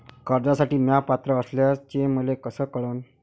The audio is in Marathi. कर्जसाठी म्या पात्र असल्याचे मले कस कळन?